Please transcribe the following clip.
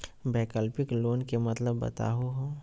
वैकल्पिक लोन के मतलब बताहु हो?